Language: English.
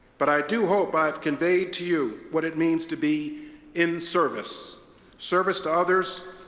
but i do hope i have conveyed to you what it means to be in service service to others,